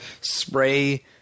spray